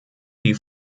die